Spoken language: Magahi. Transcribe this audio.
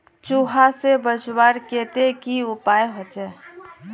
चूहा से बचवार केते की उपाय होचे?